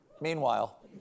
Meanwhile